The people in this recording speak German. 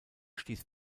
stieß